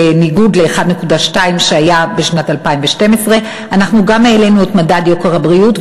בניגוד ל-1.2 שהיה בשנת 2012. אנחנו גם העלינו את מדד יוקר הבריאות,